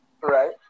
Right